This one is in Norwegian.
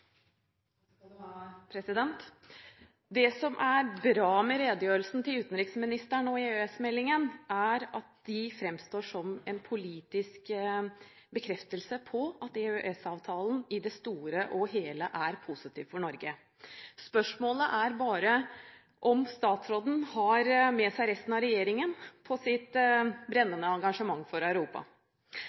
bra med redegjørelsen til utenriksministeren og EØS-meldingen, er at de fremstår som en politisk bekreftelse på at EØS-avtalen i det store og hele er positiv for Norge. Spørsmålet er bare om statsråden har med seg resten av regjeringen i sitt brennende engasjement for Europa.